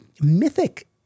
mythic